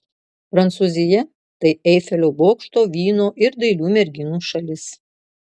prancūzija tai eifelio bokšto vyno ir dailių merginų šalis